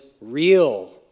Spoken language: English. real